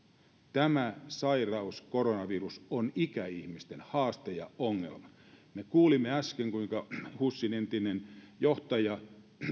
tämä sairaus koronavirus on ikäihmisten haaste ja ongelma me kuulimme äsken kuinka husin entinen johtaja